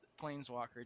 Planeswalker